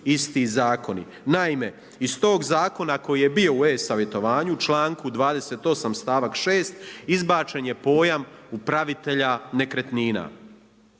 isti zakoni. Naime, iz tog zakona koji je bio u e-savjetovanju članku 28. stavak 6. izbačen je pojam upravitelja nekretnina.